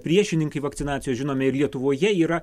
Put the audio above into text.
priešininkai vakcinacijos žinomi ir lietuvoje jie yra